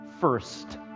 first